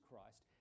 christ